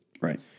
Right